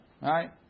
right